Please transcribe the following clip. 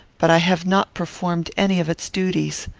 but i have not performed any of its duties.